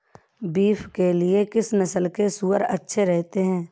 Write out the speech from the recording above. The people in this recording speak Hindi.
बीफ के लिए किस नस्ल के सूअर अच्छे रहते हैं?